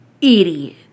Idiot